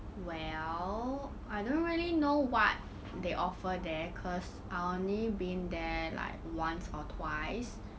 well I don't really know what they offer there cause I only been there like once or twice